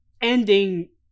Ending